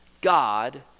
God